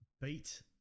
beat